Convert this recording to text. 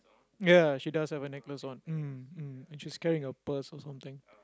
ya she does have a necklace one mm mm and she's carrying a purse or something